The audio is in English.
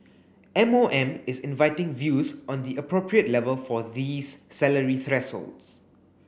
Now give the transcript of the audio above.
M O M is inviting views on the appropriate level for these salary thresholds